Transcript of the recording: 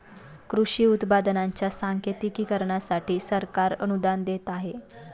कृषी उत्पादनांच्या सांकेतिकीकरणासाठी सरकार अनुदान देत आहे